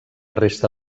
resta